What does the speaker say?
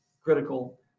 critical